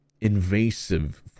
invasive